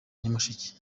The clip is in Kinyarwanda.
nyamasheke